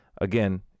Again